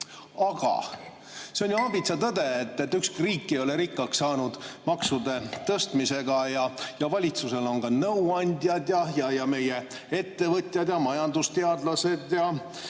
Aga see on ju aabitsatõde, et ükski riik ei ole rikkaks saanud maksude tõstmisega. Valitsusel on ju ka nõuandjad ja meie ettevõtjad, majandusteadlased,